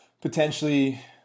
potentially